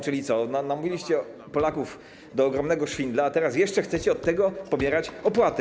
Czyli co, namówiliście Polaków na ogromny szwindel, a teraz jeszcze chcecie od tego pobierać opłatę.